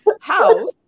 house